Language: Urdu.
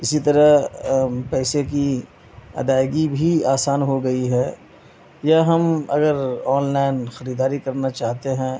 اسی طرح پیسے کی ادائیگی بھی آسان ہو گئی ہے یا ہم اگر آن لائن خریداری کرنا چاہتے ہیں